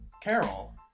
Carol